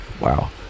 Wow